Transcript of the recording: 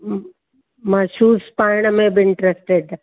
हूं मां शूज़ पाएण में बि इंट्रेस्टिड आ